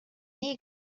nii